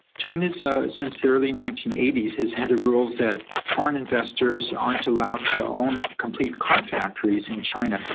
china so since the early nineteen eighty s has had a rule that foreign investors aren't allowed to own complete car factories in china,